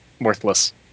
worthless